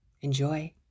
enjoy